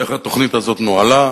איך התוכנית הזאת נוהלה,